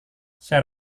saya